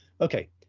okay